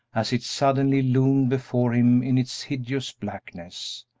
as it suddenly loomed before him in its hideous blackness,